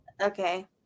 Okay